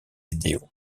vidéo